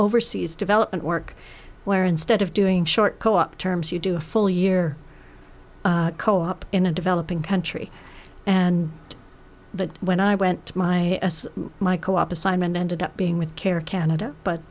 verseas development work where instead of doing short co op terms you do a full year co op in a developing country and that when i went to my as my co op assignment ended up being with care canada but